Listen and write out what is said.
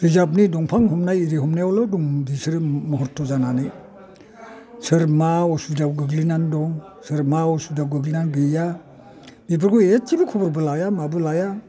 रिजाबनि दंफां हमनायाव इरि हमनायावल' दं बिसोरो मुहरथ' जानानै सोर मा उसुबिदायाव गोग्लैनानै दं सोर मा उसुबिदायाव गोग्लैनानै गैया बेफोरखौ एसेबो खबरबो लाया माबो लाया